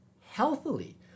healthily